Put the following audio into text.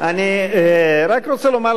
אני רק רוצה לומר לך,